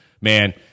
man